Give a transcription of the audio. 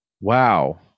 wow